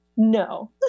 no